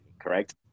correct